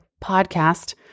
podcast